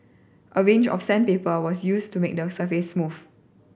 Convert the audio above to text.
a range of sandpaper was used to make the surface smooth